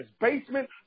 basement